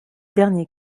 dernier